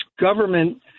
government